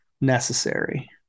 necessary